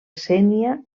sénia